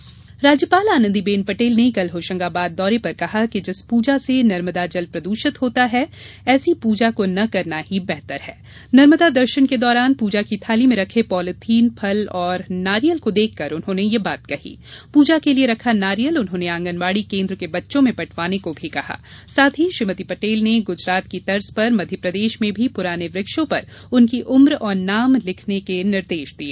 राज्यपाल राज्यपाल आनंदीबेन पटेल ने कल होशंगाबाद दौरे पर कहा कि जिस पूजा से नर्मदा जल प्रदूषित होता हैं ऐसी पूजा को न करना ही बेहतर है नर्मदा दर्शन के दौरान पूजा की थाली में रखे पॉलीथिन फल और नारियल को देखकर उन्होंने ये बात कही पूजा के लिए रखा नारियल उन्होंने आंगनवाड़ी केन्द्र के बच्चों में बंटवाने को भी कहा साथ ही श्रीमति पटेल ने गुजरात की तर्ज पर मध्यप्रदेश में भी पुराने वृक्षों पर उनकी उम्र और नाम लखने के निर्देश दिए